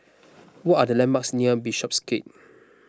what are the landmarks near Bishopsgate